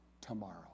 tomorrow